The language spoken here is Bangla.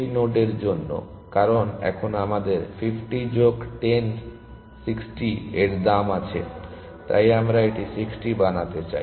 সেই নোডের জন্য কারণ এখন আমাদের 50 যোগ 10 60 এর দাম আছে তাই আমরা এটি 60 বানাতে চাই